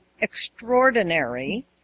extraordinary